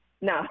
No